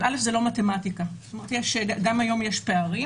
אבל ראשית, זה לא מתמטיקה, וגם היום יש פערים.